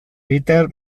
peter